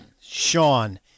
Sean